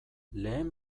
lehen